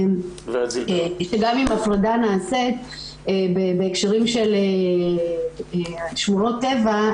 שגם אם הפרדה נעשית בהקשרים של שמורות טבע,